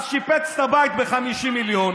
אז שיפץ את הבית ב-50 מיליון.